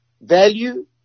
value